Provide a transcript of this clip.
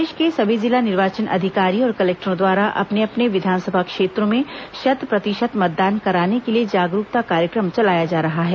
प्रदेश के सभी जिला निर्वाचन अधिकारी और कलेक्टरों द्वारा अपने अपने विधानसभा क्षेत्रों में शत प्रतिशत मतदान कराने के लिए जागरूकता कार्यक्रम चलाया जा रहा है